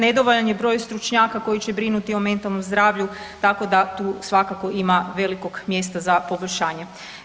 Nedovoljan je broj stručnjaka koji će brinuti o mentalnom zdravlju, tako da tu svakako ima velikog mjesta za poboljšanje.